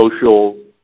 social